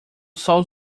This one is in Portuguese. sol